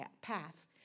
path